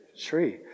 tree